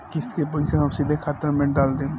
किस्त के पईसा हम सीधे खाता में डाल देम?